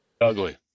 ugly